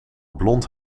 blond